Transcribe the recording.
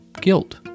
guilt